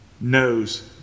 knows